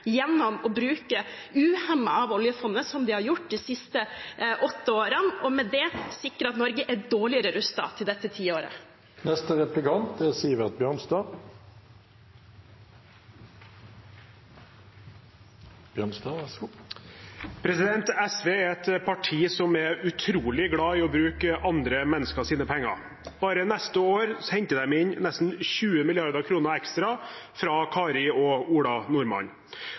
gjennom å bruke uhemmet av oljefondet, noe de har gjort de siste åtte årene. De har dermed sikret at Norge er dårligere rustet til dette tiåret. SV er et parti som er utrolig glad i å bruke andre menneskers penger. Bare neste år henter de inn nesten 20 mrd. kr ekstra fra Kari og Ola Nordmann.